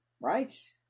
right